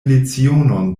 lecionon